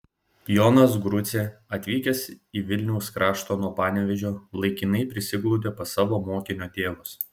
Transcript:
jonas grucė atvykęs į vilniaus kraštą nuo panevėžio laikinai prisiglaudė pas savo mokinio tėvus